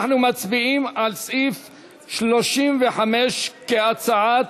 אנחנו מצביעים על סעיף 35 כהצעת,